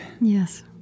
Yes